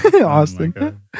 Austin